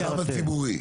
במרחב הציבורי.